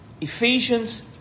ephesians